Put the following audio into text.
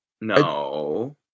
No